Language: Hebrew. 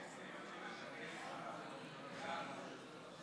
34. הצעת החוק עוברת לוועדת החוקה.